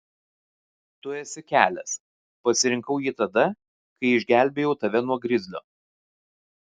tu esi kelias pasirinkau jį tada kai išgelbėjau tave nuo grizlio